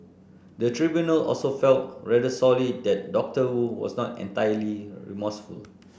the tribunal also fell rather sorely that Doctor Wu was not entirely remorseful